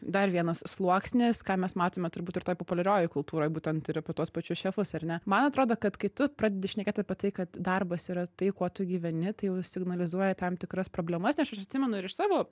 dar vienas sluoksnis ką mes matome turbūt ir toj populiariojoj kultūroj būtent ir apie tuos pačius šefus ar ne man atrodo kad kai tu pradedi šnekėt apie tai kad darbas yra tai kuo tu gyveni tai jau signalizuoja tam tikras problemas nes aš atsimenu iš savo